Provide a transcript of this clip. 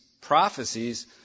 prophecies